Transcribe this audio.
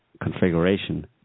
configuration